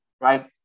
right